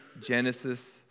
Genesis